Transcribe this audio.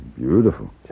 Beautiful